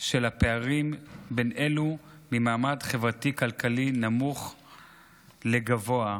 של הפערים בין אלו ממעמד חברתי-כלכלי נמוך לגבוה.